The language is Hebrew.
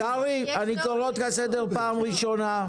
קרעי, קרעי, אני קורא אותך לסדר פעם ראשונה.